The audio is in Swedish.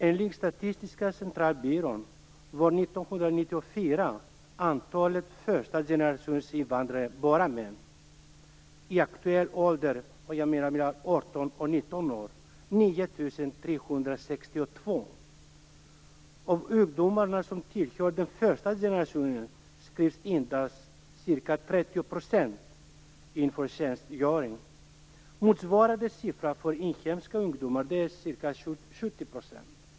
Enligt Statistiska centralbyrån var 1994 antalet män i aktuell ålder, dvs. mellan 18 och 19 år, bland första generationens invandrare 9 362 stycken. Av ungdomarna som tillhör den första generationen skrivs endast ca 30 % in för tjänstgöring. Motsvarande siffra för inhemska ungdomar är ca 70 %.